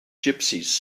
gypsies